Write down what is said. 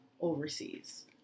overseas